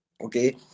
okay